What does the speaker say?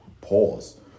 pause